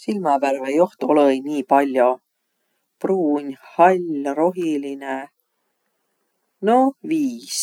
Silmävärve joht olõ-i nii pall'o. Pruun, hall, rohilinõ, no viis.